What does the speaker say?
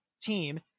team